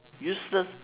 useless